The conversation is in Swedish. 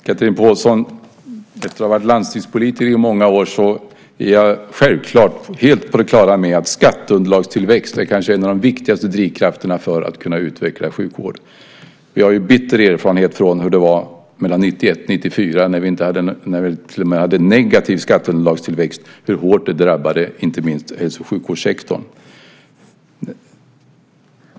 Herr talman! Efter att ha varit landstingspolitiker i många år, Chatrine Pålsson, är jag självklart helt på det klara med att skatteunderlagstillväxt är en av de kanske viktigaste drivkrafterna för att kunna utveckla sjukvård. Vi har ju bitter erfarenhet från hur det var mellan 1991 och 1994 när vi hade till och med negativ skatteunderlagstillväxt och hur hårt det drabbade inte minst hälso och sjukvårdssektorn.